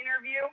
interview